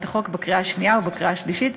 החוק בקריאה השנייה ובקריאה השלישית,